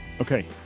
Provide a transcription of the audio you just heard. Okay